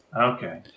Okay